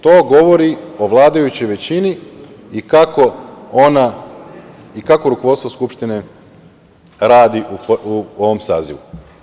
To govori o vladajućoj većini i kako rukovodstvo Skupštine radi u ovom sazivu.